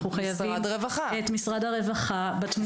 ואנחנו חייבים את משרד הרווחה בתמונה.